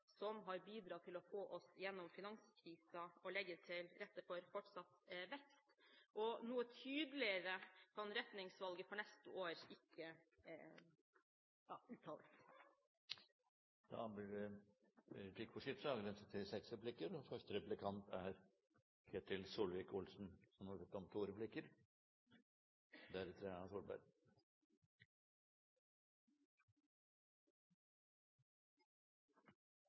som har bidratt til å få oss gjennom finanskrisen og legge til rette for fortsatt vekst. Noe tydeligere kan retningsvalget for neste år ikke uttales. Det blir replikkordskifte. Først vil jeg påpeke det jeg synes er